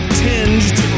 tinged